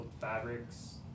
fabrics